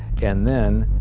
and then,